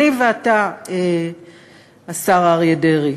אני ואתה, השר אריה דרעי,